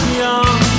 young